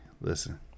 Listen